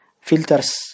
filters